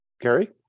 Gary